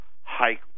hike